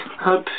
Hope